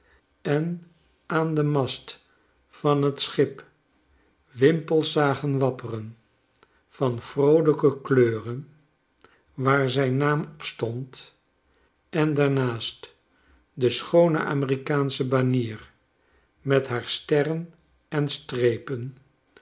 en aan den mast van t schip wimpels zagen wapperen van vroolijke kleuren waar zijn naam op stond en daarnaast de schoone amerikaansche banier met haar sterren en strepen